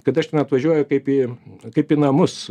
kad aš ten atvažiuoju kaip į kaip į namus